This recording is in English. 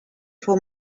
for